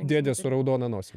dėdė su raudona nosim